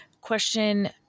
question